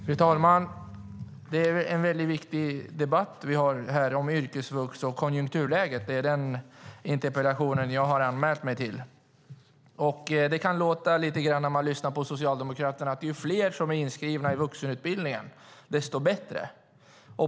Fru talman! Det är en väldigt viktig debatt vi har här om yrkesvux och konjunkturläget. Det är den interpellationsdebatten jag har anmält mig till. När man lyssnar på Socialdemokraterna kan det låta lite grann som att ju fler som är inskrivna i vuxenutbildningen desto bättre.